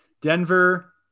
Denver